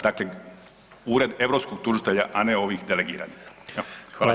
Dakle Ured europskog tužitelja, a ne ovih delegiranih.